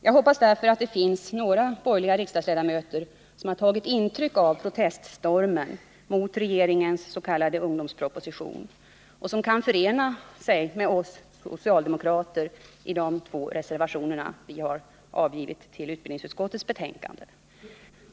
Jag hoppas att det finns några borgerliga riksdagsledamöter som har tagit intryck av proteststormen mot regeringens s.k. ungdomsproposition och kan förena sig med oss socialdemokrater i de två reservationer som vi har avgivit vid utbildningsutskottets betänkande.